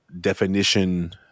definition